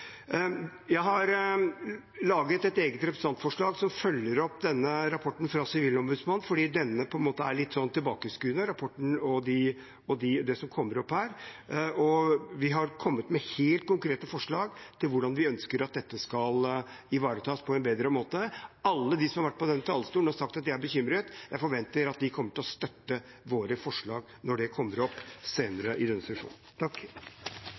har framsatt et eget representantforslag som følger opp denne rapporten fra Sivilombudsmannen, fordi denne rapporten og det som kommer opp her, er på en måte litt tilbakeskuende. Vi har kommet med helt konkrete forslag til hvordan vi ønsker at dette skal ivaretas på en bedre måte. Alle de som har vært på denne talerstolen, har sagt at de er bekymret. Jeg forventer at de kommer til å støtte våre forslag når de kommer opp